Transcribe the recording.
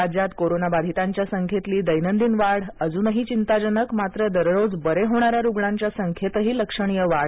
राज्यात कोरोना बाधितांच्या संख्येतली दैनंदिन वाढ अजूनही चिंताजनक मात्र दररोज बरे होणाऱ्या रुग्णांच्या संख्येतही लक्षणीय वाढ